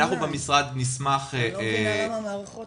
אני לא מבינה למה מערכות